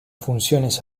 funciones